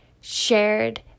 shared